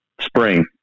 spring